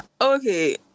Okay